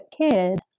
kid